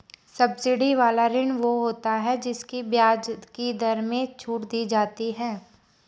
subsidy वाला ऋण वो होता है जिसकी ब्याज की दर में छूट दी जाती है